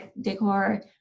decor